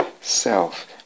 self